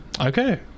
Okay